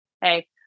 Hey